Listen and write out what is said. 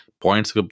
Points